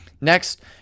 Next